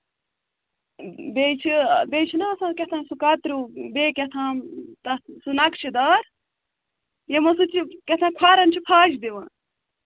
بیٚیہِ چھُ بیٚیہِ چھُناہ آسان کیٛاہتام سُہ کَتریو بیٚیہِ کیٛاہتام تتھ سُہ نَقشہِ دار یِمو سۭتۍ یہِ کیٛاہتام کھۅرن چھِ پھَش دِوان